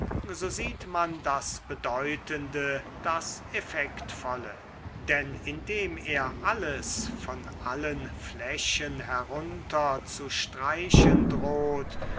so sieht man das bedeutende das effektvolle denn indem er alles von allen flächen herunter zu streichen droht